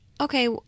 okay